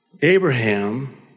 Abraham